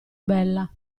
bella